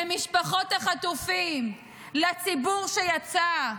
למשפחות החטופים, לציבור שיצא,